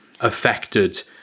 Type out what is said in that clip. affected